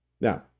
Now